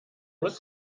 muss